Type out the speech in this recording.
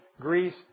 Greece